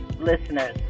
listeners